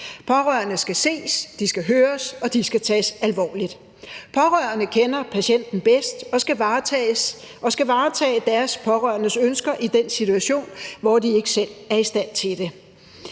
Pårørende skal ses, de skal høres, og de skal tages alvorligt. De pårørende kender patienterne bedst og skal varetage deres ønsker i den situation, hvor de ikke selv er i stand til det.